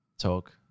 talk